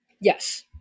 Yes